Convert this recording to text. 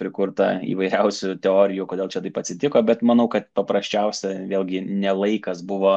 prikurta įvairiausių teorijų kodėl čia taip atsitiko bet manau kad paprasčiausia vėlgi ne laikas buvo